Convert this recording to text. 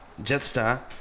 Jetstar